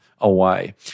away